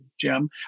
Jim